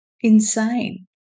insane